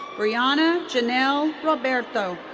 brianna ginelle roberto.